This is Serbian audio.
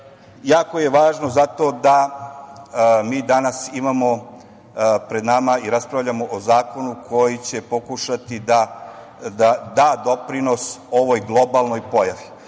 Jako je važno zato da mi danas imamo pred nama i raspravljamo o zakonu koji će pokušati da da doprinos ovog globalnoj pojavi. Naime,